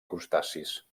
crustacis